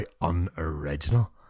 unoriginal